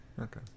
okay